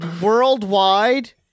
Worldwide